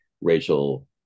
Rachel